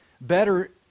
better